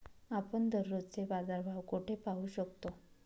आपण दररोजचे बाजारभाव कोठे पाहू शकतो?